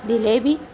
jalebi